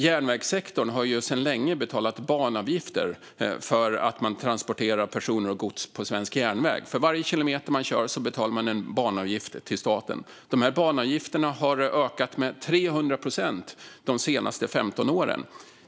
Järnvägssektorn har sedan länge betalat banavgifter för att man transporterar personer och gods på svensk järnväg. För varje kilometer man kör betalar man en avgift till staten. Dessa banavgifter har ökat med 300 procent de senaste 15 åren.